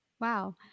Wow